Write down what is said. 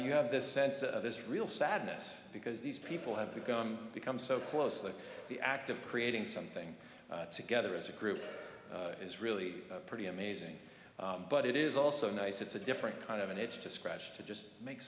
you have this sense of this real sadness because these people have become become so close that the act of creating something together as a group is really pretty amazing but it is also nice it's a different kind of an it's to scratch to just make